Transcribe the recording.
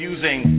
Using